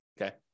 okay